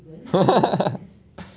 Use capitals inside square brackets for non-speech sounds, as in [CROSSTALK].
[LAUGHS]